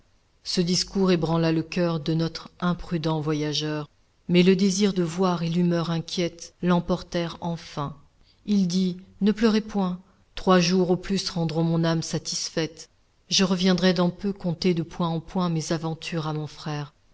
ce discours ébranla le cœur de notre imprudent voyageur mais le désir de voir et l'humeur inquiète l'emportèrent enfin il dit ne pleurez point trois jours au plus rendront mon âme satisfaite je reviendrai dans peu conter de point en point mes aventures à mon frère